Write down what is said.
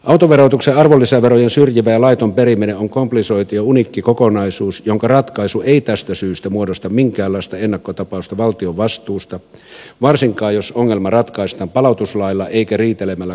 autoverotuksen arvonlisäverojen syrjivä ja laiton periminen on komplisoitu ja uniikki kokonaisuus jonka ratkaisu ei tästä syystä muodosta minkäänlaista ennakkotapausta valtion vastuusta varsinkaan jos ongelma ratkaistaan palautuslailla eikä riitelemällä kansalaisia vastaan